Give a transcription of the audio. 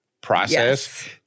process